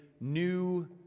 new